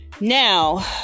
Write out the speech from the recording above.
Now